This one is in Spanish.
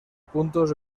puntos